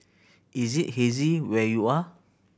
is it hazy where you are